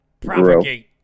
propagate